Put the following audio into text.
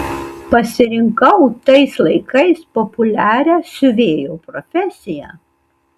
pasirinkau tais laikais populiarią siuvėjo profesiją